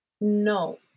no